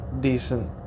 decent